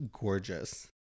gorgeous